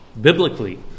biblically